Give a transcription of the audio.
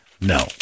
No